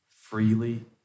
freely